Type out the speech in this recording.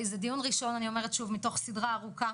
זה דיון ראשון, אני אומרת שוב, מתוך סדרה ארוכה.